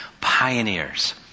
Pioneers